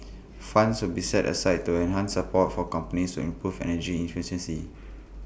funds will be set aside to enhance support for companies to improve energy efficiency